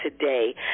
today